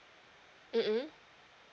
mm mm